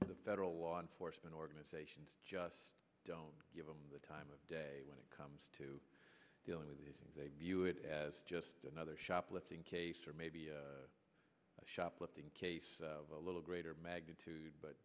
the federal law enforcement organizations just don't give them the time of day when it comes to dealing with it they view it as just another shoplifting case or maybe a shoplifting case a little greater magnitude but